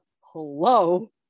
hello